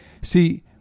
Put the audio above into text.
see